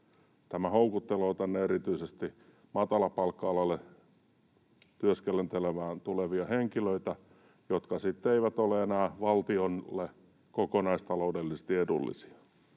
Tämä houkuttelee tänne erityisesti matalapalkka-alalle työskentelemään tulevia henkilöitä, jotka sitten eivät ole enää valtiolle kokonaistaloudellisesti edullisia.